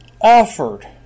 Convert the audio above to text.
offered